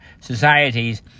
societies